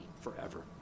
forever